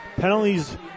penalties